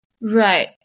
Right